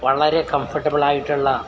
വളരെ കംഫെർട്ടബിളായിട്ടുള്ള